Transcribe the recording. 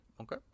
Okay